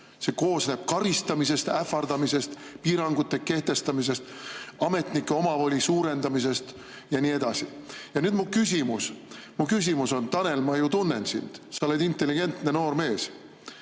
See koosneb karistamisest, ähvardamisest, piirangute kehtestamisest, ametnike omavoli suurendamisest ja nii edasi. Ja nüüd tuleb mu küsimus. Tanel, ma ju tunnen sind, sa oled intelligentne noor mees.